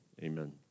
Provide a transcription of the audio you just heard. Amen